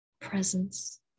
Presence